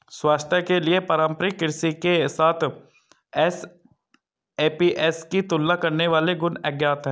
स्वास्थ्य के लिए पारंपरिक कृषि के साथ एसएपीएस की तुलना करने वाले गुण अज्ञात है